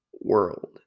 World